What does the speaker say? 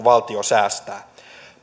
valtio säästää